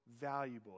valuable